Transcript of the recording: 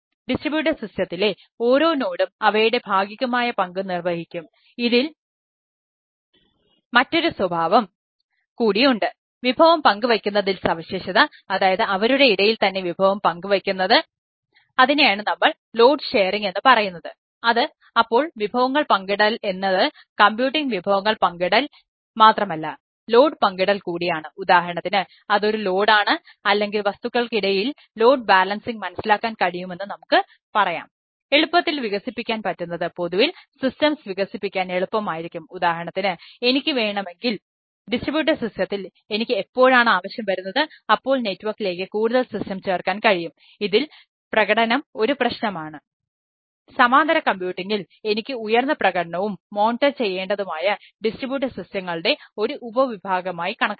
distributed സിസ്റ്റത്തിലെ ഒരു ഉപവിഭാഗമായി കണക്കാക്കാം